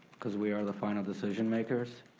cause we are the final decision makers.